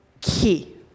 Key